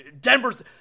Denver's